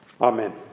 Amen